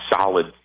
solid